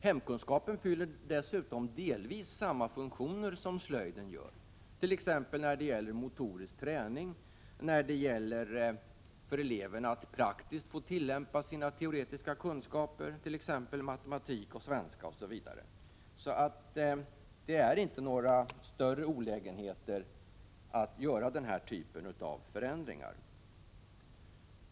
Hemkunskapen fyller dessutom delvis samma funktioner som slöjden, t.ex. när det gäller motorisk träning, möjligheter för elever att praktiskt få tillämpa sina teoretiska kunskaper i svenska, matematik osv. Det är alltså inte några större olägenheter förenade med att göra denna typ av förändringar.